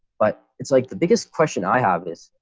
but it's like, the biggest question i have is